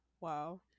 Wow